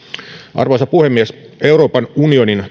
arvoisa puhemies euroopan unionin